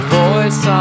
voice